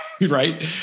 right